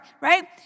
right